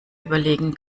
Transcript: überlegen